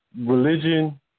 religion